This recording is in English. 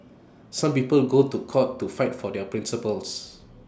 some people go to court to fight for their principles